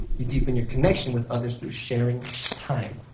you deepen your connection with others through sharing time.